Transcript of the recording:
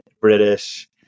British